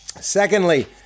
Secondly